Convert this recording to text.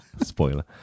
Spoiler